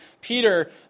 Peter